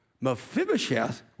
Mephibosheth